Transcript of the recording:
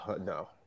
no